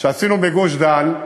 שעשינו בגוש-דן,